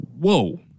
whoa